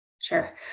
Sure